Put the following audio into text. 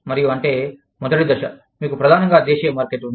మరియు అంటే మొదటి దశ మీకు ప్రధానంగా దేశీయ మార్కెట్ ఉంది